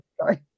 sorry